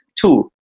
Two